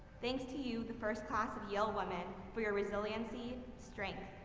thanks to you, the first class of yale women, for your resiliency, strength,